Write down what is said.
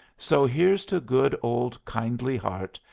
so here's to good old kindliheart!